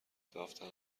داوطلب